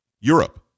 Europe